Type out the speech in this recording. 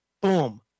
Boom